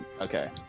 Okay